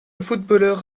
footballeur